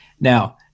Now